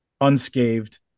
unscathed